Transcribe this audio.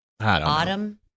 autumn